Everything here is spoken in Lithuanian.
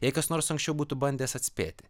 jei kas nors anksčiau būtų bandęs atspėti